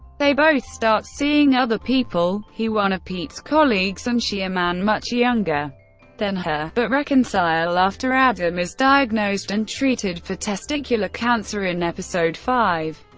they both start seeing other people he one pete's colleagues and she a man much younger than her but reconcile after adam is diagnosed and treated for testicular cancer in episode five.